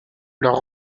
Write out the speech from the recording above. leur